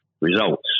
results